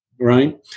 right